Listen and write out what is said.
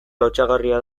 lotsagarria